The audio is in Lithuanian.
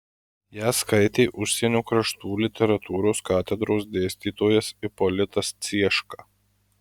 ją skaitė užsienio kraštų literatūros katedros dėstytojas ipolitas cieška